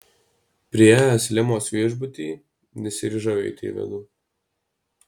priėjęs limos viešbutį nesiryžau eiti į vidų